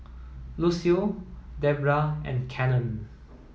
Lucio Debra and Cannon